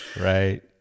right